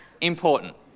important